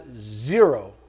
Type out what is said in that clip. zero